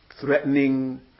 threatening